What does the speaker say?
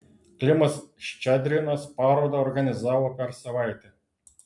klimas ščedrinas parodą organizavo per savaitę